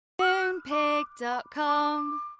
Moonpig.com